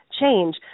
change